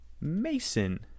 mason